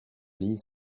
lignes